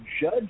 judge